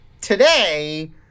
today